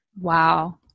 Wow